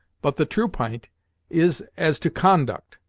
but the true p'int is as to conduct.